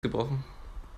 gebrochen